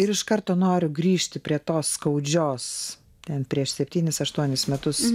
ir iš karto noriu grįžti prie tos skaudžios ten prieš septynis aštuonis metus